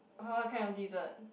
[huh] what kind of dessert